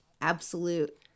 absolute